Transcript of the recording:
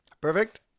Perfect